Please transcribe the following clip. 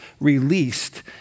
released